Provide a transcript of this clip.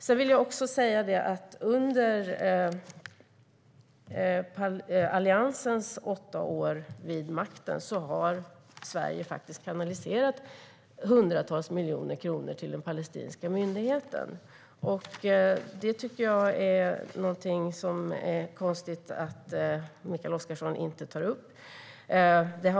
Jag vill också säga att Sverige under Alliansens åtta år vid makten kanaliserade hundratals miljoner kronor till den palestinska myndigheten. Jag tycker att det är konstigt att Mikael Oscarsson inte tar upp det.